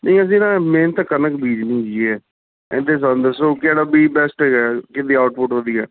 ਨਹੀਂ ਅਸੀਂ ਨਾ ਮੇਨ ਤਾਂ ਕਣਕ ਬੀਜਣੀ ਹੈਗੀ ਹੈ ਇਹਨਾਂ ਦਾ ਸਾਨੂੰ ਦੱਸੋ ਕਿਹੜਾ ਬੀਜ ਬੈਸਟ ਹੈਗਾ ਕਿਹਨਾਂ ਦੀ ਆਊਟਪੁੱਟ ਵਧੀਆ